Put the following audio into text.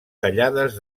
tallades